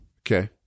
Okay